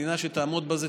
מדינה שתעמוד בזה,